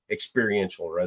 Experiential